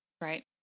Right